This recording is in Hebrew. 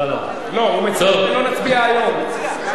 לא, הוא מציע שלא נצביע היום.